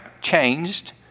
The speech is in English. changed